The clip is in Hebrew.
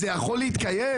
זה יכול להתקיים?